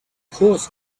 course